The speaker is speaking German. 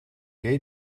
gate